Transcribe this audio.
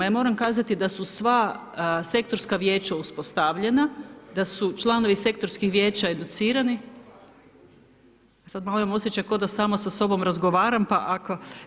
Ja moram kazati da su sva sektorska vijeća uspostavljena, da su članovi sektorskog vijeća educirani, sad malo imam osjećaj ko da sama sa sobom razgovaram, pa ako.